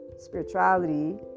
spirituality